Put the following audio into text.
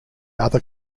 other